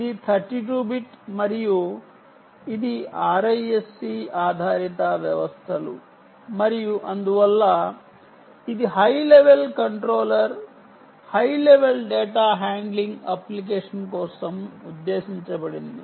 నా ఉద్దేశ్యం ఏమిటంటే తక్కువ అర్ధవంతమైన అర్ధాన్ని ఎందుకు అర్ధం చేసుకోవాలో విక్రేతలు మీకు చాలా విషయాలు చెప్పడానికి ప్రయత్నిస్తారు ఎందుకంటే రెండింటి యొక్క నిరంతర పరిణామం ఉంది